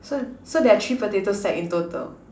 so so there are three potato sack in total